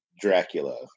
Dracula